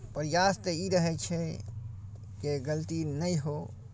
प्रयास तऽ ई रहै छै जे गलती नहि हो